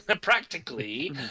practically